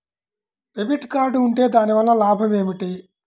Debit card ఉంటే దాని వలన లాభం ఏమిటీ?